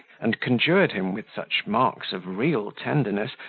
and conjured him, with such marks of real tenderness,